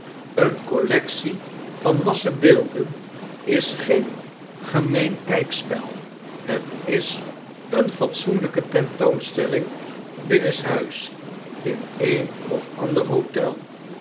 eene collectie van wassen beelden is geen gemeen kijkspel het is eene fatsoenlijke tentoonstelling binnenshuis in een of ander hotel